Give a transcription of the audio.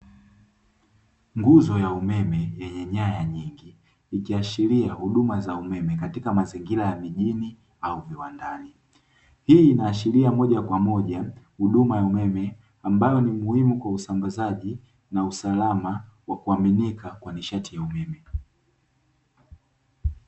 Nguzo ya umeme yenye nyaya nyingi, ikiashiria huduma za umeme katika mazingira ya mijini au viwandani, hii inaashiria moja kwa moja huduma ya umeme ambayo ni muhimu kwa usambazaji na usalama wa kuaminika wa nishati ya umeme.